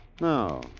No